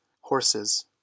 horses